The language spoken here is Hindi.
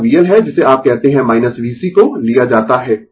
यह VL है जिसे आप कहते है VC को लिया जाता है